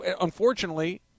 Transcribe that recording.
unfortunately